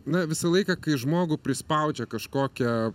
na visą laiką kai žmogų prispaudžia kažkokia